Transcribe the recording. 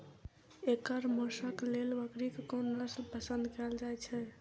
एकर मौशक लेल बकरीक कोन नसल पसंद कैल जाइ छै?